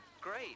great